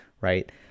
right